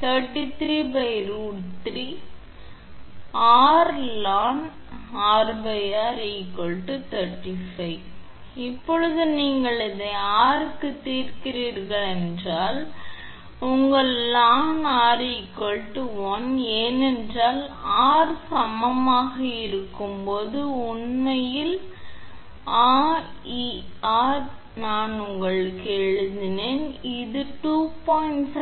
சரி 33⁄√3 𝑅 𝑟 ln 𝑟 35 இப்போது நீங்கள் இதை r க்குத் தீர்க்கிறீர்கள் என்றால் உங்கள் ln 𝑅 1 ஏனென்றால் R சமமாக இருக்கும்போது உண்மையில் ஆ e r நான் உங்களுக்கு எழுதினேன் இ 2